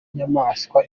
nyamaswa